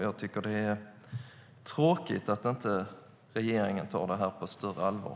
Jag tycker att det är tråkigt att regeringen inte tar detta på större allvar.